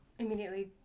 immediately